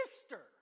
sister